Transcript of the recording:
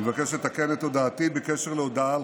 אני מבקש לתקן את הודעתי בקשר להודעה על